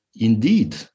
indeed